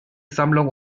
sammlung